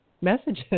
messages